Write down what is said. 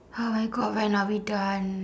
oh my god when are we done